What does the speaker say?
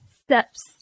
steps